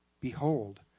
Behold